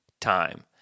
time